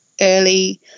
early